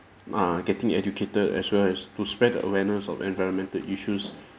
err getting educated as well as to spread the awareness of environmental issues